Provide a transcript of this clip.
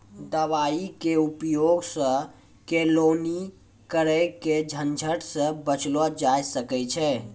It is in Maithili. दवाई के उपयोग सॅ केलौनी करे के झंझट सॅ बचलो जाय ल सकै छै